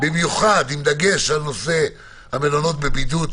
במיוחד בנושא המלונות בבידוד,